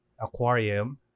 aquarium